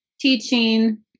teaching